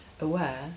aware